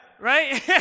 Right